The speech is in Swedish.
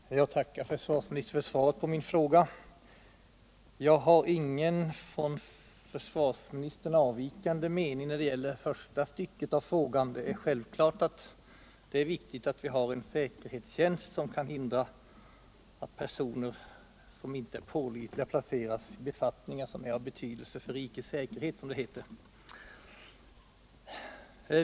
Herr talman! Jag tackar försvarsministern för svaret på min fråga. Jag har ingen från försvarsministerns uppfattning avvikande mening när det gäller den första delen av svaret. Det är självklart att det är viktigt att vi har en säkerhetstjänst som kan hindra att personer, som inte är pålitliga, placeras på befattningar som är av betydelse för rikets säkerhet, som det heter.